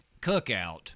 Cookout